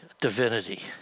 divinity